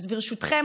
ברשותכם,